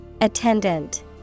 Attendant